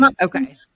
Okay